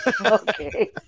Okay